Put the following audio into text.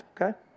Okay